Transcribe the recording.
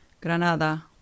Granada